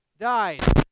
died